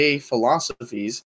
philosophies